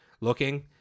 looking